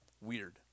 weird